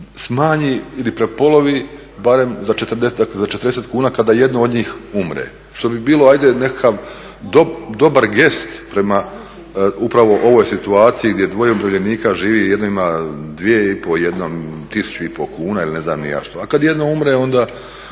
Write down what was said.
smanji ili prepolovi barem za 40 kuna kada jedno od njih umre što bi bilo hajde nekakav dobar gest prema upravo ovoj situaciji gdje dvoje umirovljenika živi. Jedno ima 2 i pol, jedno 1 i pol kuna ili ne znam ni ja što,